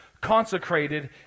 consecrated